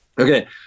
Okay